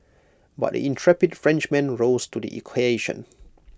but the intrepid Frenchman rose to the